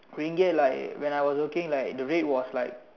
Ringgit like when I was working like the rate was like